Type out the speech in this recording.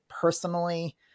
personally